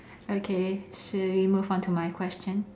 okay should we move on to my question